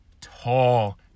tall